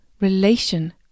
relation